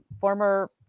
former